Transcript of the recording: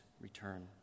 return